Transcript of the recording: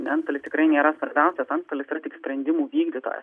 anstolis tikrai nėra svarbiausias antstolis yra tik sprendimų vykdytojas